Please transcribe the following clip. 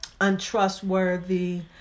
untrustworthy